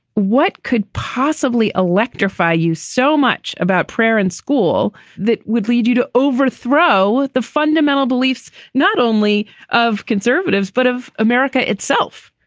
what could possibly electrify you so much about prayer in school that would lead you to overthrow the fundamental beliefs not only of conservatives, but of america itself?